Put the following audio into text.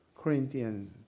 Corinthians